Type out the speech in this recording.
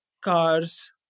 cars